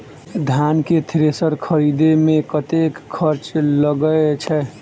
धान केँ थ्रेसर खरीदे मे कतेक खर्च लगय छैय?